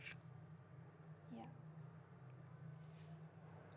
ya